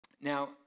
Now